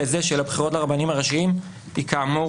הזה של הבחירות לרבנים הראשיים היא כאמור